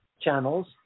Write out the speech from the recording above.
channels